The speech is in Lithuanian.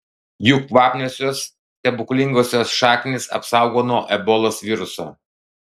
jų kvapniosios stebuklingosios šaknys apsaugo nuo ebolos viruso